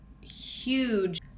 huge